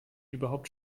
überhaupt